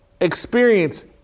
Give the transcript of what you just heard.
experience